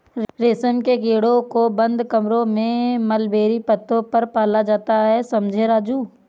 रेशम के कीड़ों को बंद कमरों में मलबेरी पत्तों पर पाला जाता है समझे राजू